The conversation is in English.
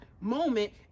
moment